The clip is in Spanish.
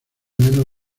menos